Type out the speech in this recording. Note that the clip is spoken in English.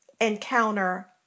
encounter